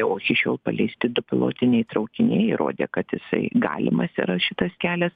o iki šiol paleisti du pilotiniai traukiniai įrodė kad jisai galimas yra šitas kelias